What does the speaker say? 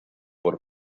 por